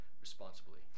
responsibly